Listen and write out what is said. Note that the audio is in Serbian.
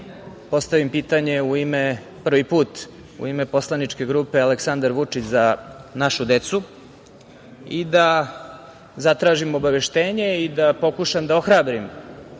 postavim pitanje u ime, prvi put, u ime poslaničke grupe Aleksandar Vučić – Za našu decu i da zatražim obaveštenje i da pokušam da ohrabrim